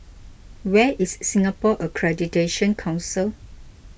where is Singapore Accreditation Council